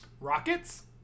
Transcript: Rockets